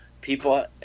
People